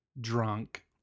drunk